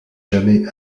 jamais